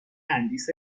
تندیس